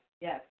Yes